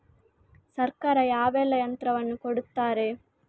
ಸರ್ಕಾರ ಯಾವೆಲ್ಲಾ ಯಂತ್ರವನ್ನು ಕೊಡುತ್ತಾರೆ?